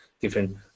different